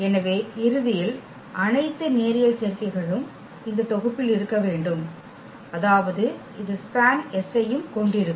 எனவே இறுதியில் அனைத்து நேரியல் சேர்க்கைகளும் இந்த தொகுப்பில் இருக்க வேண்டும் அதாவது இது SPAN ஐயும் கொண்டிருக்கும்